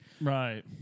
Right